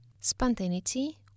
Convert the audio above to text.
Spontaneity